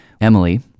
Emily